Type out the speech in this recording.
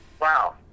wow